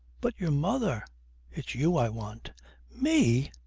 but your mother it's you i want me?